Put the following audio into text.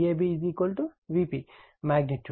కాబట్టి ఇది Vab Vp magnitude